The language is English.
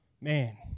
man